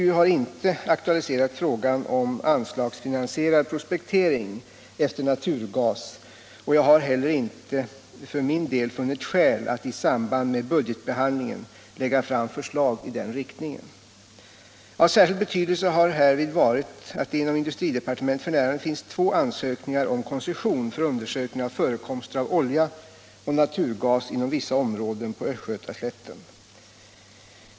SGU har inte aktualiserat frågan om an= so slagsfinansierad prospektering efter naturgas, och jag har inte heller för Om naturgasfyndigmin del funnit skäl att i. samband med budgetbehandlingen lägga fram heterna i Östergötförslag i den riktningen. land Av särskild betydelse har härvid varit att det inom industridepartementet f. n. finns två ansökningar om koncession för undersökning av förekomster av olja och naturgas inom vissa områden på Östgötaslätten.